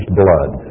blood